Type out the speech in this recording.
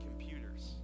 computers